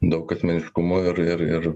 daug asmeniškumų ir ir ir